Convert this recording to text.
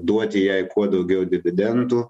duoti jai kuo daugiau dividendų